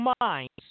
minds